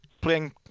playing